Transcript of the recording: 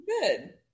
good